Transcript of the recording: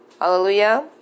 hallelujah